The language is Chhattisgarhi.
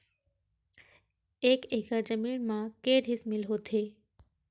एक एकड़ जमीन मा के डिसमिल होथे?